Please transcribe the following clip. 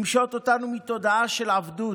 למשות אותנו מתודעה של עבדות,